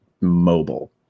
mobile